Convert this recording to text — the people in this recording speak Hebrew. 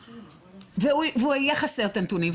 והוא יהיה חסר את הנתונים.